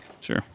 Sure